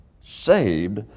saved